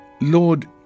Lord